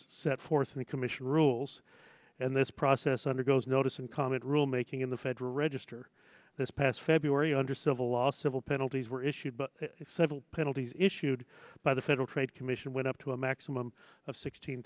set forth in the commission rules and this process undergoes notice and comment rule making in the federal register this past february under civil law civil penalties were issued but civil penalties issued by the federal trade commission went up to a maximum of sixteen